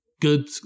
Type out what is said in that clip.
good